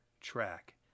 track